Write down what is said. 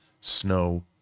Snow